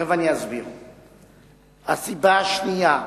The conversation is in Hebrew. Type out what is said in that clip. הסיבה השנייה,